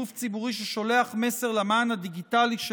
גוף ציבורי ששולח מסר למען הדיגיטלי של